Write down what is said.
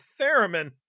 theremin